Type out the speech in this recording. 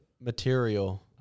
material